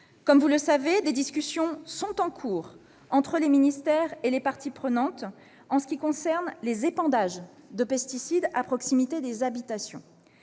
messieurs les sénateurs, des discussions sont en cours entre les ministères et les parties prenantes concernant les épandages de pesticides à proximité des habitations.